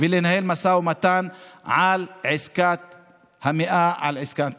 ולנהל משא ומתן על עסקת המאה, על עסקת טראמפ.